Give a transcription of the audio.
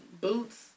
boots